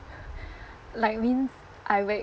like I mean I wake